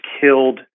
killed